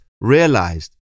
realized